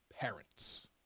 parents